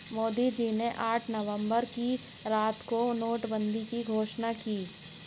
मोदी जी ने आठ नवंबर की रात को नोटबंदी की घोषणा की